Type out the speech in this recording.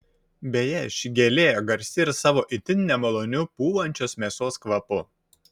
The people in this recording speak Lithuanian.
beje ši gėlė garsi ir savo itin nemaloniu pūvančios mėsos kvapu